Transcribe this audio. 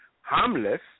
harmless